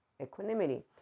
equanimity